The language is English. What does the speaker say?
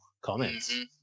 Comments